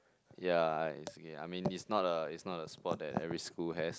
ya I it's okay I mean it's not a it's not a sport that every school has